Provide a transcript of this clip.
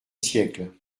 siècles